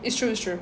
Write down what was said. is true is true